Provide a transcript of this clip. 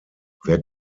wer